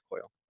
coil